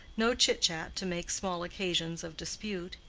no chit-chat to make small occasions of dispute.